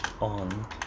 on